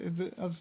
הכול פתוח.